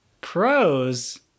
pros